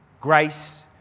Grace